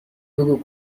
بگو